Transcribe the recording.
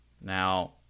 Now